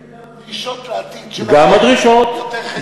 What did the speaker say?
גם לקחים וגם דרישות לעתיד שלכם,